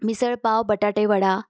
मिसळपाव बटाटे वडा